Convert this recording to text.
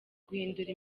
guhindura